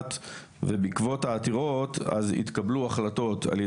המשפט ובעקבות העתירות אז התקבלו החלטות ע"י